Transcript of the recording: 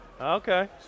Okay